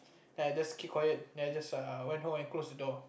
then I just keep quiet then I just uh went home and close the door